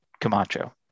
Camacho